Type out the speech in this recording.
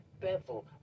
bevel